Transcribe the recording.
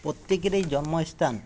জন্মস্থান খুব